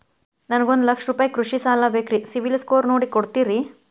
ನನಗೊಂದ ಲಕ್ಷ ರೂಪಾಯಿ ಕೃಷಿ ಸಾಲ ಬೇಕ್ರಿ ಸಿಬಿಲ್ ಸ್ಕೋರ್ ನೋಡಿ ಕೊಡ್ತೇರಿ?